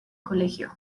colegio